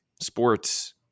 sports